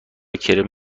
کرم